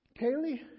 Kaylee